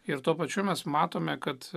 ir tuo pačiu mes matome kad